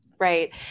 Right